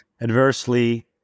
adversely